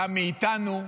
וגם מאיתנו,